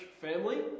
family